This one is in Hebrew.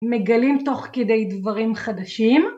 מגלים תוך כדי דברים חדשים